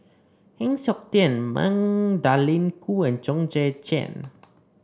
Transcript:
Heng Siok Tian Magdalene Khoo and Chong Tze Chien